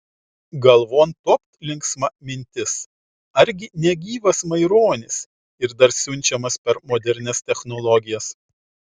galvon topt linksma mintis argi ne gyvas maironis ir dar siunčiamas per modernias technologijas